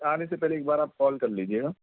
آنے سے پہلے ایک بار آپ کال کر لیجیے گا